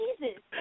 Jesus